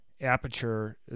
Aperture